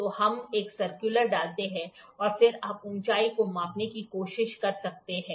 तो हम एक सर्कुलर डालते हैं और फिर आप ऊंचाई को मापने की कोशिश कर सकते हैं